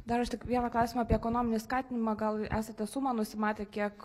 dar aš tik vieną klausimą apie ekonominį skatinimą gal esate sumą nusimatę kiek